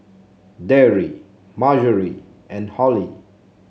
Darry Marjory and Holly